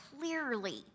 clearly